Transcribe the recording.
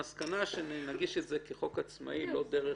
בנוסף, כשאנשים מגיעים מתוך הקהילה ולמען